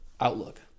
outlook